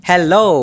Hello